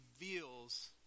reveals